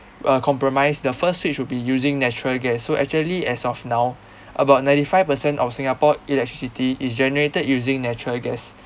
uh compromise the first switch will be using natural gas so actually as of now about ninety five percent of singapore electricity is generated using natural gas